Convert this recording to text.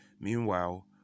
Meanwhile